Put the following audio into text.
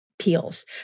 peels